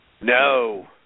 No